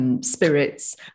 spirits